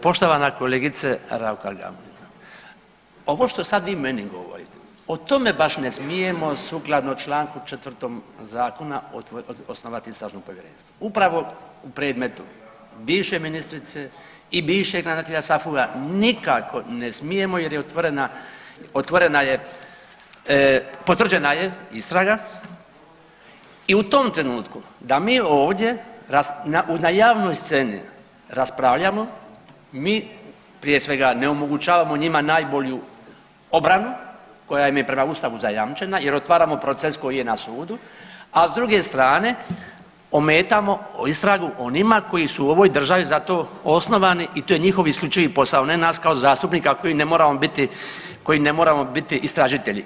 Poštovana kolegice Raukar Gamulin, ovo što vi sad men i govorite, o tome baš ne smijemo sukladno čl. 4. Zakona o … [[Govornik se ne razumije]] istražnog povjerenstva, upravo u predmetu bivše ministrice i bivšeg ravnatelja SAFU-a nikako ne smijemo jer je otvorena, otvorena je, potvrđena je istraga i u tom trenutku da mi ovdje na javnoj sceni raspravljamo mi prije svega ne omogućavamo njima najbolju obranu koja im je prema ustavu zajamčena jer otvaramo proces koji je na sudu, a s druge strane ometamo istragu onima koji su u ovoj državi za to osnovani i to je njihov isključivi posao, ne nas kao zastupnika, a koji ne moramo biti, koji ne moramo biti istražitelji.